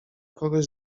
kogoś